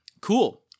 Cool